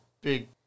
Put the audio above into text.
big